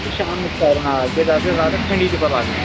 یہِ چھُ شامنس کرُن آ تِکیٛازِ اَتھ گژھِ راتس ٹھٔنٛڈی تہِ لگٕنۍ